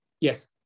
yes